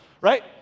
Right